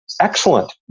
Excellent